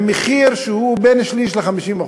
עם מחיר שהוא בין שליש ל-50%.